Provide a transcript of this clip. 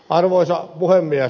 arvoisa puhemies